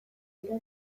dira